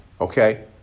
Okay